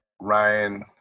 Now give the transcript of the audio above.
Ryan